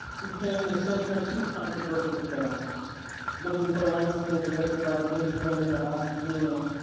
became the center of two controversial films looking for langston, directed by the british filmmaker isaac julian,